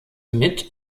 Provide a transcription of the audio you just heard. mit